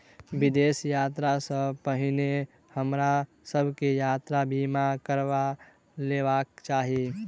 विदेश यात्रा सॅ पहिने हमरा सभ के यात्रा बीमा करबा लेबाक चाही